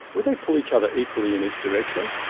would they pull each other equally in each direction?